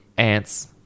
Ants